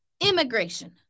immigration